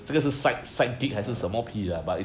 uh